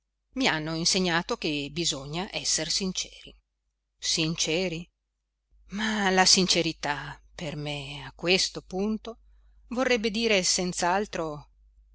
i hanno insegnato che bisogna esser sinceri sinceri ma la sincerità per me a questo punto vorrebbe dire